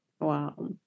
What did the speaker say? Wow